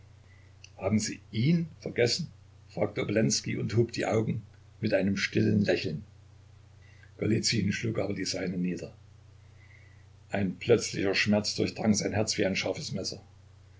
haben sie ihn vergessen fragte obolenskij und hob die augen mit einem stillen lächeln golizyn schlug aber die seinen nieder ein plötzlicher schmerz durchdrang sein herz wie ein scharfes messer